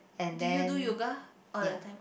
do you do yoga all the time